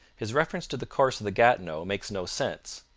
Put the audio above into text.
his reference to the course of the gatineau makes no sense,